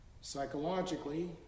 Psychologically